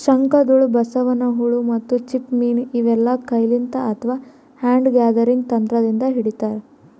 ಶಂಕದ್ಹುಳ, ಬಸವನ್ ಹುಳ ಮತ್ತ್ ಚಿಪ್ಪ ಮೀನ್ ಇವೆಲ್ಲಾ ಕೈಲಿಂತ್ ಅಥವಾ ಹ್ಯಾಂಡ್ ಗ್ಯಾದರಿಂಗ್ ತಂತ್ರದಿಂದ್ ಹಿಡಿತಾರ್